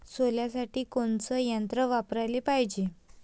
सोल्यासाठी कोनचं यंत्र वापराले पायजे?